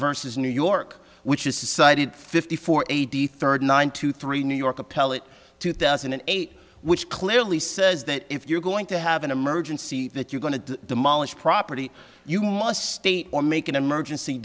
versus new york which is cited fifty four eighty thirty nine to three new york appellate two thousand and eight which clearly says that if you're going to have an emergency that you're going to demolish property you must state or make an emergency